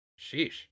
Sheesh